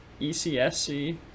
ecsc